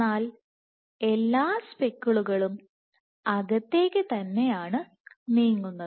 എന്നാൽ എല്ലാ സ്പെക്കിളുകളും അകത്തേക്ക് തന്നെയാണു നീങ്ങുന്നത്